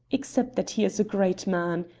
except that he is a great man.